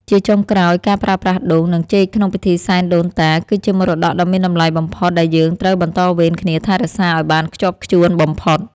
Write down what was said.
ជាចុងក្រោយការប្រើប្រាស់ដូង និងចេកក្នុងពិធីសែនដូនតា គឺជាមរតកដ៏មានតម្លៃបំផុតដែលយើងត្រូវបន្តវេនគ្នាថែរក្សាឱ្យបានខ្ជាប់ខ្ជួនបំផុត។